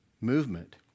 movement